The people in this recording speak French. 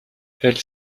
elle